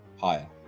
higher